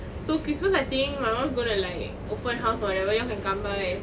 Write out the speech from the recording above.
so christmas I think my mum's gonna like open house whatever you all can come by